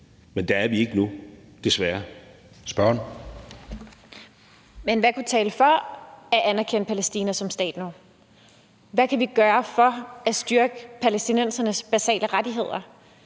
Kl. 19:57 Victoria Velasquez (EL): Men hvad kunne tale for at anerkende Palæstina som stat nu? Hvad kan vi gøre for at styrke palæstinensernes basale rettigheder?